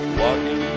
walking